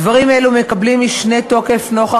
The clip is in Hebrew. דברים אלה מקבלים משנה תוקף נוכח